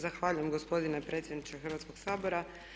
Zahvaljujem gospodine predsjedniče Hrvatskog sabora.